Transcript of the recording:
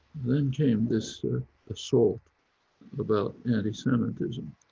then came this assault about anti-semitism,